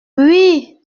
oui